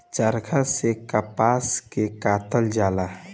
चरखा से कपास के कातल जाला